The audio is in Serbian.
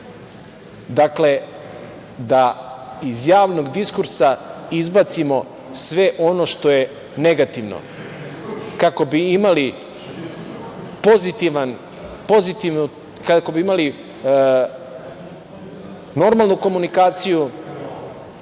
da iz javnog diskursa izbacimo sve ono što je negativno kako bi imali normalnu komunikaciju